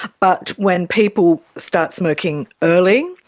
but when people start smoking early,